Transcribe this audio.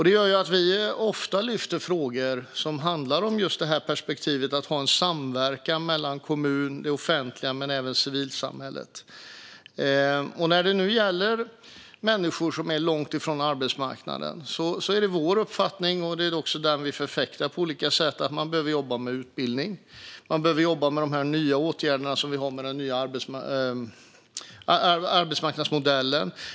Det gör att vi ofta lyfter frågor som handlar just om perspektivet att ha samverkan mellan kommuner, det offentliga och civilsamhället. När det gäller människor som är långt ifrån arbetsmarknaden är det vår uppfattning, som vi också förfäktar på olika sätt, att man behöver jobba med utbildning. Man behöver jobba med de nya åtgärder som följer med den nya arbetsmarknadsmodellen.